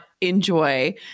enjoy